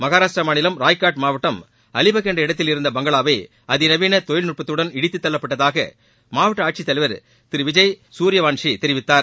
மகாராஷ்டிரா மாநிலம் ராய்காட் மாவட்டம் அலிபக் என்ற இடத்தில் இருந்த பங்களாவை அதிநவீன தொழிற்நுட்பத்துடன் இடித்துத்தள்ளப்பட்டதாக மாவட்ட ஆட்சித்தலைவர் விஜய் சூர்யவான்ஷி தெரிவித்தார்